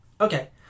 Okay